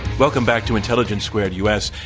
welcome back to intelligence squared u. s.